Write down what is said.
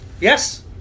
Yes